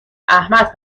احمد